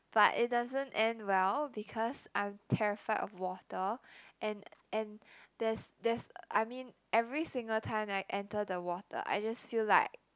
but it doesn't end well because I'm terrified of water and and there's there's I mean every single time that I enter the water I just feel like